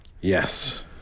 Yes